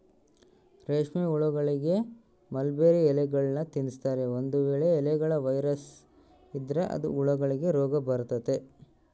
ರೇಷ್ಮೆಹುಳಗಳಿಗೆ ಮಲ್ಬೆರ್ರಿ ಎಲೆಗಳ್ನ ತಿನ್ಸ್ತಾರೆ, ಒಂದು ವೇಳೆ ಎಲೆಗಳ ವೈರಸ್ ಇದ್ರ ಅದು ಹುಳಗಳಿಗೆ ರೋಗಬರತತೆ